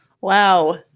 Wow